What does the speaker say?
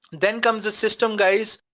then comes the system guys,